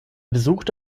besuchte